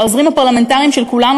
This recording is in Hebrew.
העוזרים הפרלמנטריים של כולנו,